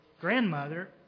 grandmother